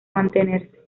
mantenerse